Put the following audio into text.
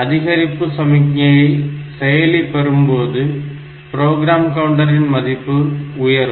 அதிகரிப்பு சமிக்ஞையை செயலி பெறும்போது ப்ரோகிராம் கவுண்டரின் மதிப்பு உயரும்